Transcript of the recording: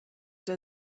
der